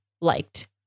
liked